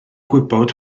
gwybod